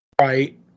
Right